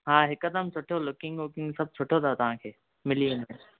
हा हिकदम सुठो लुकिंग वुकिंग सभु सुठो अथव तव्हां खे मिली वेंदव